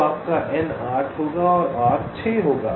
तो आपका N 8 होगा और R 6 होगा